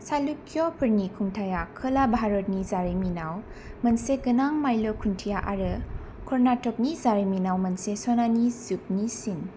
चालुक्य'फोरनि खुंथाया खोला भारतनि जारिमिनाव मोनसे गोनां माइल खुन्थिया आरो कर्नाटकनि जारिमिनाव मोनसे सनानि जुगनि सिन